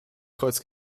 kreuz